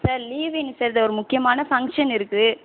sir leave வேணும் sir இது ஒரு முக்கியமான ஃபங்க்ஷன் இருக்குது